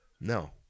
No